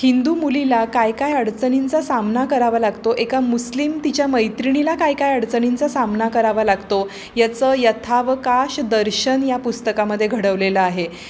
हिंदू मुलीला काय काय अडचणींचा सामना करावा लागतो एका मुस्लिम तिच्या मैत्रिणीला काय काय अडचणींचा सामना करावा लागतो याचं यथावकाश दर्शन या पुस्तकामधे घडवलेलं आहे